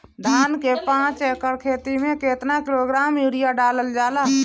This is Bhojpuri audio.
धान के पाँच एकड़ खेती में केतना किलोग्राम यूरिया डालल जाला?